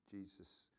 Jesus